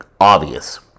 obvious